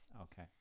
Okay